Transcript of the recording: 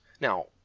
Now